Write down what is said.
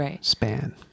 span